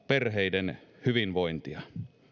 perheiden hyvinvointia